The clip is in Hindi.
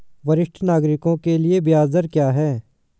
वरिष्ठ नागरिकों के लिए ब्याज दर क्या हैं?